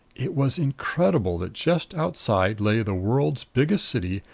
it was incredible that just outside lay the world's biggest city,